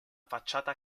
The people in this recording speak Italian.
facciata